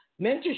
mentorship